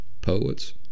poets